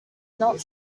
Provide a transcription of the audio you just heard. not